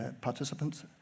participants